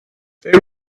they